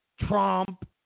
Trump